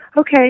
Okay